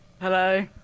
Hello